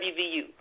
WVU